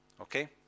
Okay